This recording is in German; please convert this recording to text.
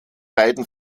beiden